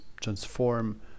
transform